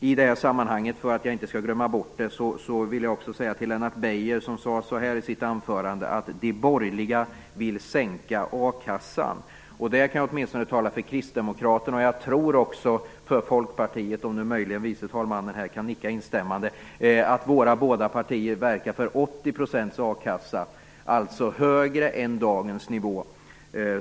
I det sammanhanget vill jag passa på att vända mig till Lennart Beijer. Han sade i sitt huvudanförande att de borgerliga vill sänka a-kassan. Där kan jag tala åtminstone för Kristdemokraterna och möjligen också för Folkpartiet - kanske kan tredje vice talmannen nicka ifall han instämmer. Båda partierna verkar väl för 80 % a-kassa, alltså högre än dagens nivå.